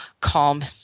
calm